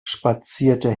spazierte